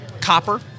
Copper